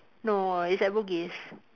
no it's at Bugis